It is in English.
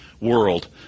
world